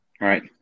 Right